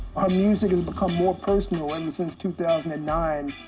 her music has become more personal ever since two thousand and nine.